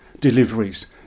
deliveries